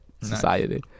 Society